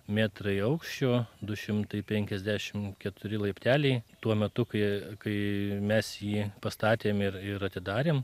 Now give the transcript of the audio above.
metrai aukščio du šimtai penkiasdešim keturi laipteliai tuo metu kai kai mes jį pastatėm ir ir ir atidarėm